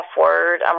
word